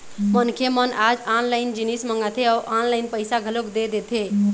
मनखे मन आज ऑनलाइन जिनिस मंगाथे अउ ऑनलाइन पइसा घलोक दे देथे